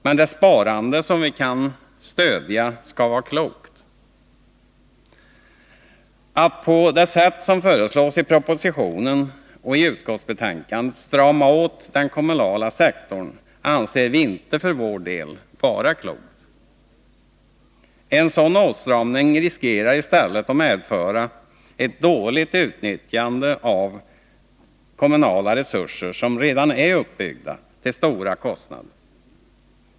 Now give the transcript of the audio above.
Men det sparande som vi kan stödja skall vara klokt, och vi anser det inte vara klokt att på det sätt som föreslås i propositionen och i utskottsbetänkandet strama åt den kommunala sektorn. En sådan åtstramning riskerar i stället att medföra ett dåligt utnyttjande av kommunala resurser som redan är uppbyggda, till stora kostnader.